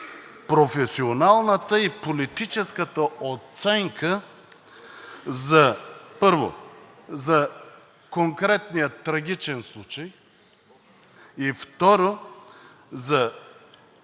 професионалната и политическата оценка за конкретния трагичен случай. Второ, за